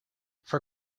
for